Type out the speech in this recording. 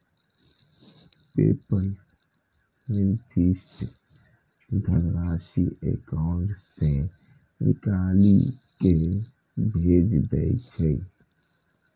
PayPal निर्दिष्ट धनराशि account सं निकालि कें भेज दै छै